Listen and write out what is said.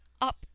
up